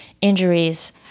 injuries